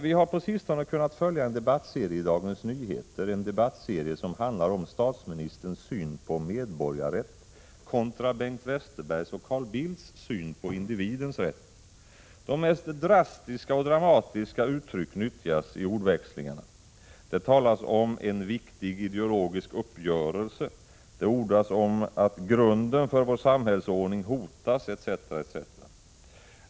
Vi har på sistone kunnat följa en debattserie i Dagens Nyheter, som handlar om statsministerns syn på medborgarrätt kontra Bengt Westerbergs och Carl Bildts syn på individens rätt. De mest drastiska och dramatiska uttryck nyttjas i ordväxlingarna. Det talas om en viktig ideologisk uppgörelse. Det ordas om att grunden för vår samhällsordning hotas, etc.